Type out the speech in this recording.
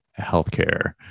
healthcare